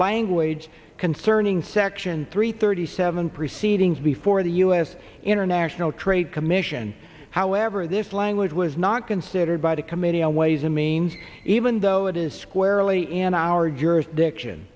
language concerning section three thirty seven proceedings before the u s international trade commission however this language was not considered by the committee on ways and means even though it is squarely and our jurisdiction